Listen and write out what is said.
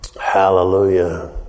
Hallelujah